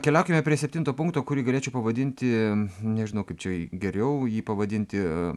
keliaukime prie septinto punkto kurį galėčiau pavadinti nežinau kaip čia geriau jį pavadinti